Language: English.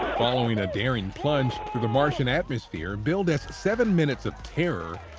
following a daring plunge through the martian atmosphere billed as seven minutes of terror,